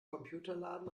computerladen